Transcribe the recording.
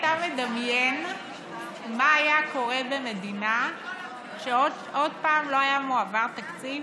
אתה מדמיין מה היה קורה במדינה כשעוד פעם לא היה מועבר תקציב?